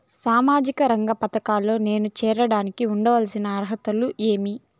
సామాజిక రంగ పథకాల్లో నేను చేరడానికి ఉండాల్సిన అర్హతలు ఏమి?